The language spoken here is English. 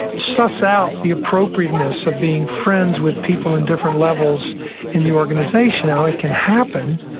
suss out the appropriateness of being friends with people in different levels in the organization. now it can happen,